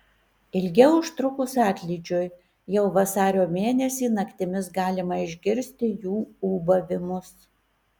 ilgiau užtrukus atlydžiui jau vasario mėnesį naktimis galima išgirsti jų ūbavimus